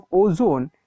ozone